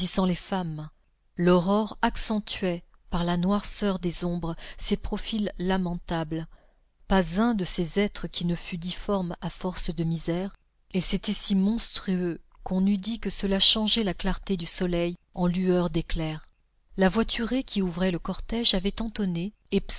les femmes l'aurore accentuait par la noirceur des ombres ces profils lamentables pas un de ces êtres qui ne fût difforme à force de misère et c'était si monstrueux qu'on eût dit que cela changeait la clarté du soleil en lueur d'éclair la voiturée qui ouvrait le cortège avait entonné